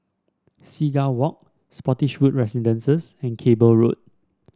Seagull Walk Spottiswoode Residences and Cable Road